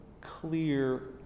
clear